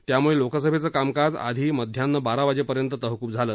त्यामुळे लोकसभेचं कामकाज आधी मध्यान्ह बारा वाजेपर्यंत तहकूब झालं